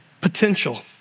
potential